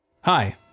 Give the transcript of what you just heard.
Hi